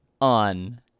on